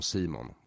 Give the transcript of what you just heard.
Simon